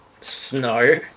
snow